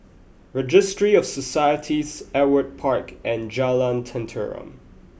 Registry of Societies Ewart Park and Jalan Tenteram